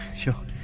sure.